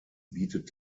bietet